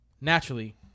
naturally